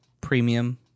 premium